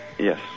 Yes